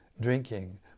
drinking